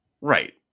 Right